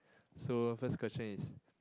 so first question is